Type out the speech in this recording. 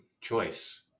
choice